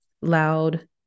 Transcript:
loud